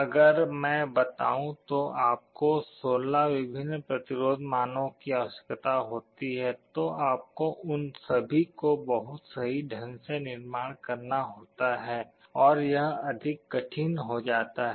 अगर मैं बताऊँ तो आपको 16 विभिन्न प्रतिरोध मानों की आवश्यकता होती है तो आपको उन सभी को बहुत सही ढंग से निर्माण करना होता है और यह अधिक कठिन हो जाता है